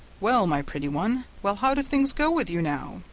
well, my pretty one, well, how do things go with you now?